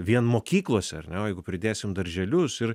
vien mokyklose ar ne o jeigu pridėsim darželius ir